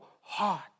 heart